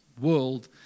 world